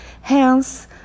Hence